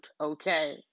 Okay